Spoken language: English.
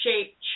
shape